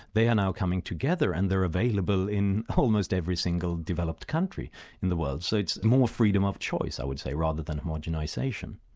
they are now coming together and they're available in almost every single developed country in the world. so it's more a freedom of choice i would say, rather than homogenisation.